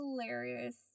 hilarious